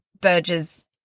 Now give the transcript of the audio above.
Burgers